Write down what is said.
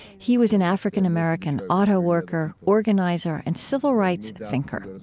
he was an african-american autoworker, organizer, and civil rights thinker.